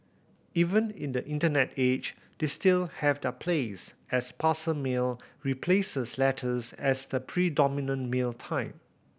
even in the Internet age they still have their place as parcel mail replaces letters as the predominant mail type